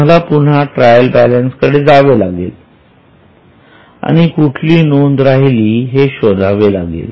तुम्हाला पुन्हा trial balance कडे जावे लागेल आणि कुठली नोंद राहिली आहे हे शोधावे लागेल